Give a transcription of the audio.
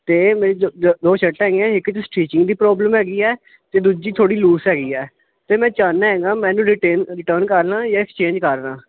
ਤੇ ਮੇਰੀ ਜੋ ਦੋ ਸ਼ਰਟਾ ਹੈਗੀਆ ਇੱਕ ਚ ਸਟੀਚਿੰਗ ਦੀ ਪ੍ਰੋਬਲਸਮ ਹੈਗੀ ਆ ਤੇ ਦੂਜੀ ਥੋੜੀ ਲੂਜ ਹੈਗੀ ਆ ਤੇ ਮੈਂ ਚਾਹਨਾ ਹੈਗਾ ਇਹਨੂੰ ਰਿਟੇਨ ਰਿਟਰਨ ਕਰਨਾ ਜਾਂ ਐਕਸਚੇਂਜ ਕਰਨਾ